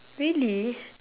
really